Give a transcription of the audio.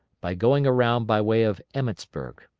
by going around by way of emmetsburg.